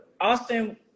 Austin